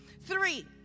Three